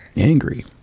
angry